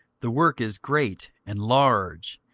the work is great and large,